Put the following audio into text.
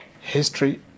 history